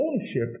ownership